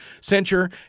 censure